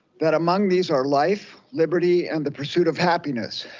that among these are life, liberty, and the pursuit of happiness.